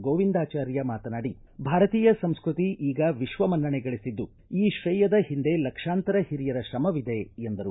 ಗೋವಿಂದಾಚಾರ್ಯ ಮಾತನಾಡಿ ಭಾರತೀಯ ಸಂಸ್ವತಿ ಈಗ ವಿಶ್ವ ಮನ್ನಣೆ ಗಳಿಸಿದ್ದು ಈ ತ್ರೇಯದ ಹಿಂದೆ ಲಕ್ಷಾಂತರ ಹಿರಿಯರ ತ್ರಮವಿದೆ ಎಂದರು